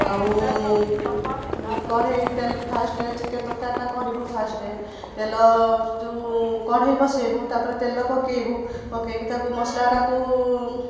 ଆଉ କଢ଼େଇ ତେଲ ଫାଷ୍ଟେ ଚିକେନ ତରକାରୀଟା କରିବୁ ଫାଷ୍ଟେ ତେଲ ଯେଉଁ କଢ଼େଇ ବସେଇବୁ ତାପରେ ତେଲ ପକେଇବୁ ପକେଇକି ତାକୁ ମସଲାଟାକୁ